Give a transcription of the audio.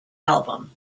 album